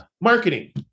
marketing